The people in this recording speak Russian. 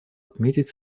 отметить